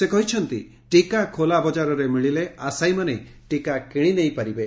ସେ କହିଛନ୍ତି ଟିକା ଖୋଲା ବଜାରରେ ମିଳିଲେ ଆଶାୟୀମାନେ ଟିକା କିଶି ନେଇପାରିବେ